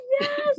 yes